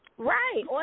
Right